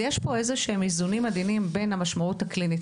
כך שיש פה איזשהם איזונים עדינים מול המשמעות הקלינית.